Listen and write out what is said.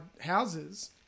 houses